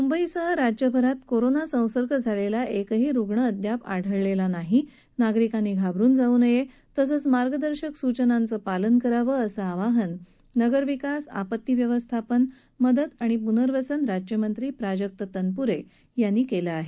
मुंबईसह राज्यभरात कोरोना संसर्ग झालेला एकही रुग्ण अद्याप आढळलेला नसून नागरिकांनी घाबरुन जाऊ नये तसंच मार्गदर्शक सूचनांच पालन करावं असं आवाहन नगरविकास आपत्ती व्यवस्थापन मदत आणि पुनर्वसन राज्यमंत्री प्राजक्त तनपुरे यांनी केलं आहे